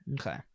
Okay